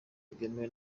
bwemewe